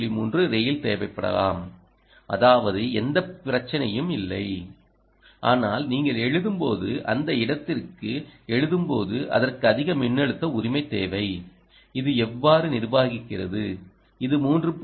3 rail தேவைப்படலாம் அதாவது எந்த பிரச்சனையும் இல்லை ஆனால் நீங்கள் எழுதும் போது நீங்கள் அந்த இடத்திற்கு எழுதும்போது அதற்கு அதிக மின்னழுத்த உரிமை தேவை இது எவ்வாறு நிர்வகிக்கிறது இது 3